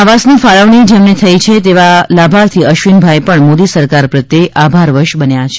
આવાસ ની ફાળવણી જેમને થઈ છે તેવા લાભાર્થી અશ્વિનભાઈ પણ મોદી સરકાર પ્રત્યે આભારવશ બન્યા છે